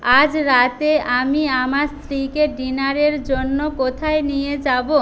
আজ রাতে আমি আমার স্ত্রীকে ডিনার এর জন্য কোথায় নিয়ে যাব